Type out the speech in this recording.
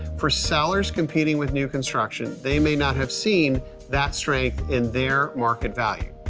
for sellers competing with new construction they may not have seen that strength in their market value.